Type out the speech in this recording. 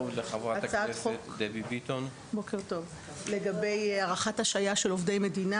הצעת חוק לגבי הארכת השעיה של עובדי מדינה